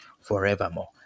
forevermore